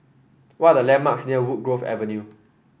what are the landmarks near Woodgrove Avenue